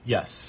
Yes